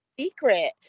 secret